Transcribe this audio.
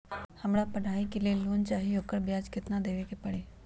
हमरा पढ़ाई के लेल लोन चाहि, ओकर ब्याज केतना दबे के परी?